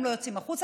הם לא יוצאים החוצה,